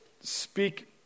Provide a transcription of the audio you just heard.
speak